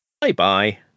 Bye-bye